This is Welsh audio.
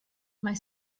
mae